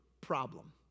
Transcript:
problem